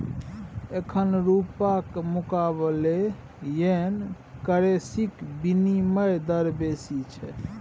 एखन रुपाक मुकाबले येन करेंसीक बिनिमय दर बेसी छै